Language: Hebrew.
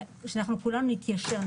שכולנו נתיישר,